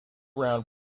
round